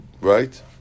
right